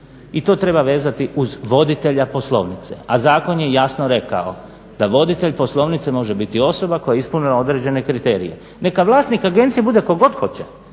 i to treba vezati uz voditelja poslovnice a zakon je jasno rekao da voditelj poslovnice može biti osoba koja je ispunila određene kriterije. Neka vlasnik agencije bude tko god hoće,